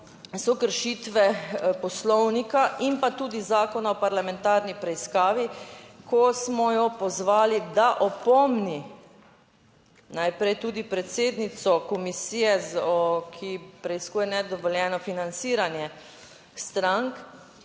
so kršitve poslovnika in pa tudi Zakona o parlamentarni preiskavi, ko smo jo pozvali, da opomni najprej tudi predsednico komisije, ki preiskuje nedovoljeno financiranje strank,